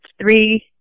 three